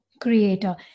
creator